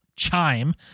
Chime